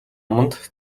аманд